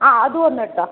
ആ അതും ഒന്നെടുത്തോ